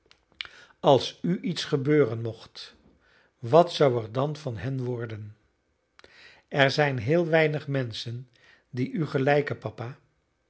als u iets gebeuren mocht wat zou er dan van hen worden er zijn heel weinig menschen die u gelijken papa